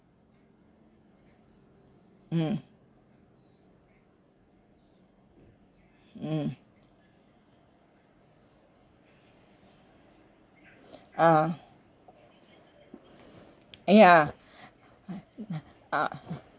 mm uh ya uh